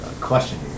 question